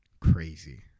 crazy